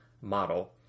model